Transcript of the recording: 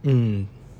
mmhmm